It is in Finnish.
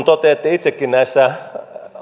toteatte itsekin näissä